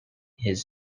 his